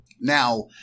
Now